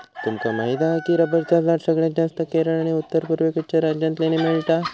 तुमका माहीत हा की रबरचा झाड सगळ्यात जास्तं केरळ आणि उत्तर पुर्वेकडच्या राज्यांतल्यानी मिळता